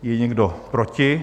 Je někdo proti?